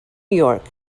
york